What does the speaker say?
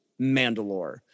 Mandalore